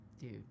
Dude